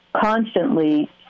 constantly